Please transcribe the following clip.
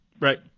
right